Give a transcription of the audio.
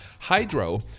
Hydro